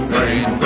Brain